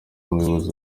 umuyobozi